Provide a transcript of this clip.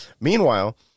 Meanwhile